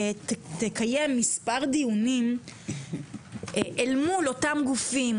שתקיים מספר דיונים אל מול אותם גופים,